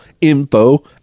info